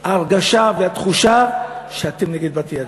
ההרגשה והתחושה שאתם נגד בתי-הדין.